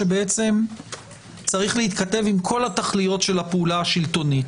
שבעצם צריך להתכתב עם כל התכליות של הפעולה השלטונית.